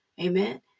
Amen